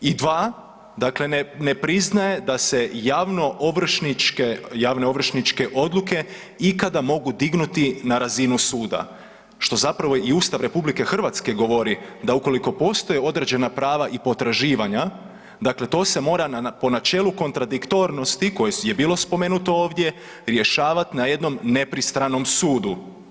I dva, dakle ne priznaje da se javno ovršničke, javne ovršničke odluke ikada mogu dignuti na razinu suda što zapravo i Ustav RH govori da ukoliko postoje određena prava i potraživanja, dakle to se mora po načelu kontradiktornosti koje je bilo spomenuto ovdje rješavati na jednom nepristranom sudu.